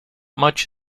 much